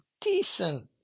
decent